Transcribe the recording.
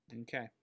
Okay